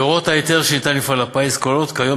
הוראות ההיתר שניתן למפעל הפיס כוללות כיום